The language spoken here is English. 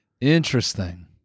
interesting